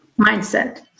mindset